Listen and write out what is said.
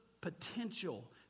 potential